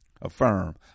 affirm